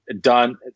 done